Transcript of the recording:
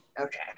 Okay